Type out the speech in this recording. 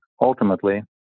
ultimately